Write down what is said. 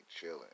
chilling